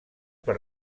per